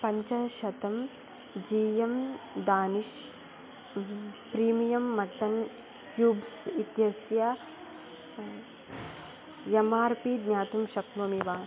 पञ्चशतं G M Danish premium mutton cubes इत्यस्य M R P ज्ञातुं शक्नोमि वा